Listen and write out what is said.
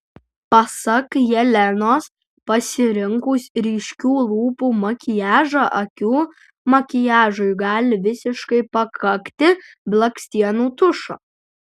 pasak jelenos pasirinkus ryškių lūpų makiažą akių makiažui gali visiškai pakakti blakstienų tušo